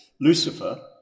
Lucifer